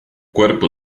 cuerpo